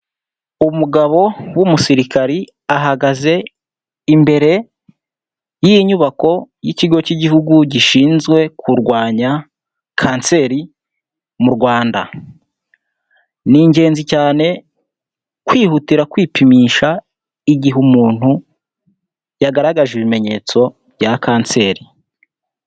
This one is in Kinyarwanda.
Umugabo w'umusirikari ahagaze imbere y'inyubako y'ikigo cy'igihugu gishinzwe kurwanya kanseri m'u Rwanda. Ni ingenzi cyane kwihutira kwipimisha igihe umuntu yagaragaje ibimenyetso bya kanseri.